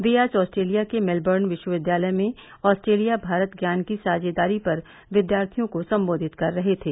ये आज ऑस्ट्रेलिया के मेलबोर्न विश्वविद्यालय में ऑस्ट्रेलिया मारत ज्ञान की साझेदारी पर विद्यार्थियों को संबोधित कर रहे थे